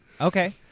Okay